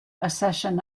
accession